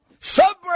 Subway